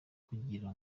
kugira